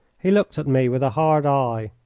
he looked at me with a hard eye.